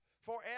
Forever